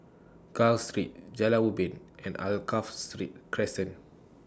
Gul Street Jalan Ubin and Alkaff Street Crescent